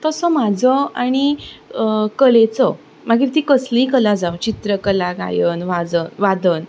तसो म्हजो आनी कलेचो मागीर ती कला कसलीय कला जावं चित्रकला गायन वाधन